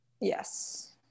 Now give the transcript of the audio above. Yes